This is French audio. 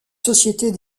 sociétés